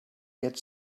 get